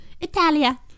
Italia